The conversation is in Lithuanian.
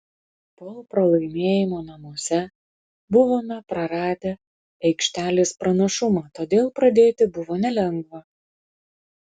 po pralaimėjimo namuose buvome praradę aikštelės pranašumą todėl pradėti buvo nelengva